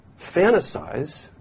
fantasize